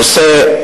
הנושא,